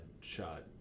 shot